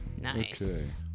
Nice